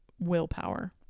willpower